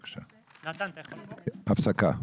הפסקה.